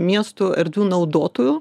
miesto erdvių naudotojų